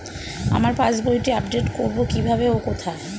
আমার পাস বইটি আপ্ডেট কোরবো কীভাবে ও কোথায়?